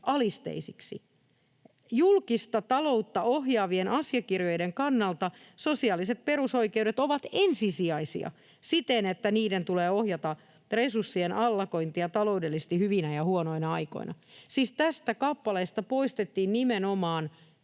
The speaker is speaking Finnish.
Julkista taloutta ohjaavien asiakirjojen kannalta sosiaaliset perusoikeudet ovat ensisijaisia siten, että niiden tulee ohjata resurssien allokointia taloudellisesti hyvinä ja huonoina aikoina.” Siis tästä kappaleesta poistettiin nimenomaan